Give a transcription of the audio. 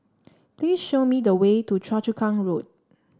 please show me the way to Choa Chu Kang Road